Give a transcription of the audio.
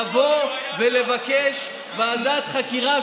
לבוא ולבקש ועדת חקירה,